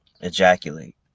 ejaculate